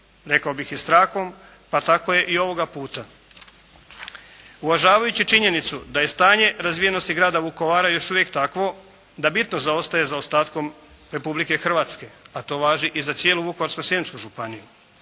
rekao bih i strahom, pa tako je i ovoga puta. Uvažavajući činjenicu da je stanje razvijenosti grada Vukovara još uvijek takvo, da bitno zaostaje zaostatkom Republike Hrvatske, a to važi i za cijelu Vukovarsko-srijemsku županiju